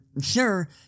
sure